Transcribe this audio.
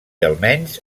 almenys